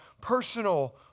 personal